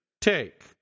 take